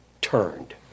turned